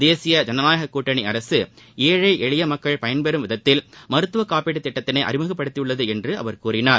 தேசிய ஜனநாயக கூட்டணி அரசு ஏழை எளிய மக்கள் பயன்பெறும் விதத்தில் மருத்துவ காப்பீட்டுத் திட்டத்தினை அறிமுகப்படுத்தியுள்ளது என்று அவர் கூறினார்